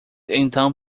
então